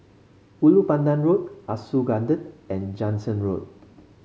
Ulu Pandan Road Ah Soo Garden and Jansen Road